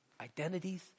identities